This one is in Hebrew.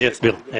אני אסביר.